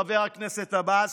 חבר הכנסת עבאס,